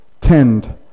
Tend